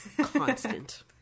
constant